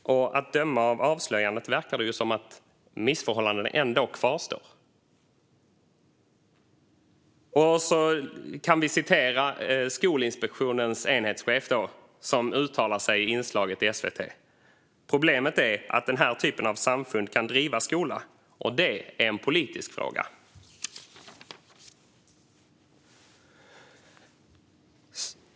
Att döma av avslöjandet verkar det som att missförhållandena ändå kvarstår. Skolinspektionens enhetschef säger i inslaget i SVT att problemet är att denna typ av samfund kan driva skola och att det är en politisk fråga.